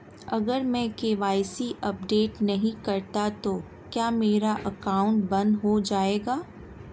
अगर मैं KYC update नहीं करता तो क्या मेरा अकाउंट बंद हो जाएगा?